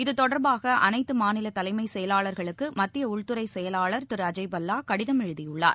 இத்தொடர்பாக அனைத்துமாநிலதலைமைச் செயலாளர்களுக்குமத்தியஉள்துறைச் செயலாளர் திருஅஜய் பல்லாகடிதம் எழுதியுள்ளார்